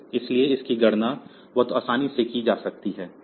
इसलिए इसकी गणना बहुत आसानी से की जा सकती है